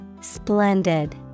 Splendid